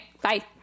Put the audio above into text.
Bye